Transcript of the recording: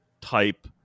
type